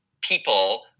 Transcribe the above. people